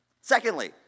Secondly